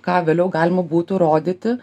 ką vėliau galima būtų rodyti